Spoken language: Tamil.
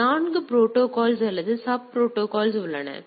எனவே 4 ப்ரோடோகால்ஸ் அல்லது சப் ப்ரோடோகால்ஸ் உள்ளன